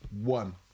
one